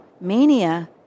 mania